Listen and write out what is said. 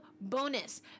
bonus